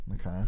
Okay